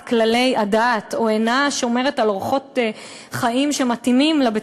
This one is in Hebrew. כללי הדת או אינה שומרת על אורחות חיים שמתאימים לבית-הספר,